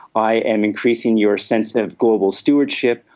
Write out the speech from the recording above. i am increasing your sense of global stewardship,